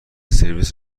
سرویس